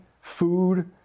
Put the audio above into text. food